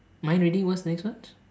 mind reading what's the next one